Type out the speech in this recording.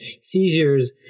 seizures